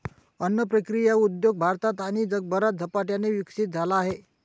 अन्न प्रक्रिया उद्योग भारतात आणि जगभरात झपाट्याने विकसित झाला आहे